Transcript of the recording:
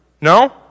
No